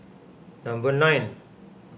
number nine